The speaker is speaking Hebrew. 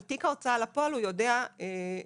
על תיק ההוצאה לפועל הוא יודע בדואר